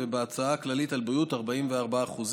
בהוצאה הכללית על בריאות הוא יעמוד על 44%,